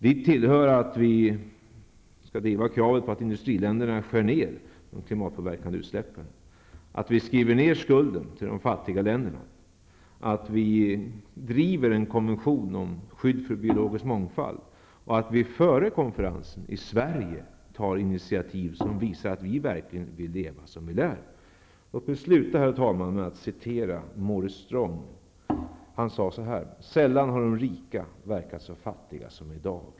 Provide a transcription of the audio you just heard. Dit hör kravet på att industriländerna skär ner de klimatpåverkande utsläppen, att vi skriver ner skulden från de fattiga länderna, att vi driver på arbetet med en konvention om skydd för biologisk mångfald och att vi före konferensen i Sverige tar initiativ som visar att vi verkligen vill leva som vi lär. Låt mig sluta, herr talman, med att citera Maurice Strong: ''Sällan har de rika verkat så fattiga som i dag.''